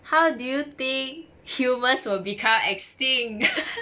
how do you think humans will become extinct